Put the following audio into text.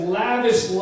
lavish